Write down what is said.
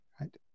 right